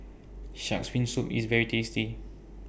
Shark's Fin Soup IS very tasty